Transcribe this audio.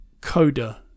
coda